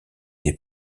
des